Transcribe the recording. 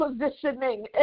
positioning